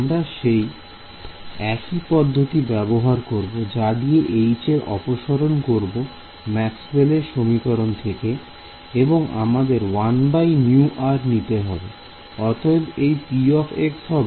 আমরা সেই একই পদ্ধতি ব্যবহার করব যা দিয়ে H এর অপসরণ করব ম্যাক্সওয়েল এর সমীকরণ থেকে এবং আমাদের 1μr নিতে হবে